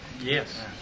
Yes